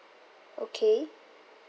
okay